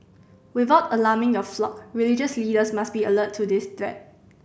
without alarming your flock religious leaders must be alert to this threat